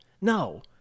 No